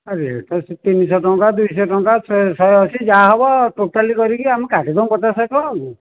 ଆ rate ତ ସେଇ ତିନିଶହ ଟଙ୍କା ଦୁଇଶହ ଟଙ୍କା ଶହେଅଶୀ ଯାହା ହେବ ଟୋଟାଲି କରିକି ଆମେ କାଟିଦେବୁ ପଚାଶ ଶହେ ଟଙ୍କା ଆଉ